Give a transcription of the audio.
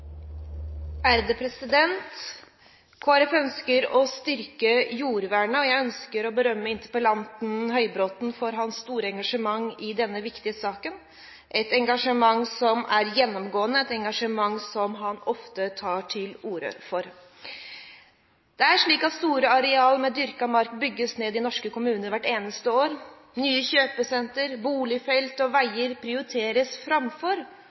ønsker å styrke jordvernet. Jeg ønsker å berømme interpellanten, Høybråten, for hans store engasjement i denne viktige saken, et engasjement som er gjennomgående, og som han ofte tar til orde for. Store arealer med dyrket mark bygges ned i norske kommuner hvert eneste år. Nye kjøpesentre, boligfelt og veier prioriteres framfor